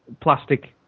plastic